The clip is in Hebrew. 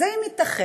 אז האם ייתכן